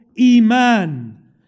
Iman